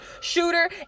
shooter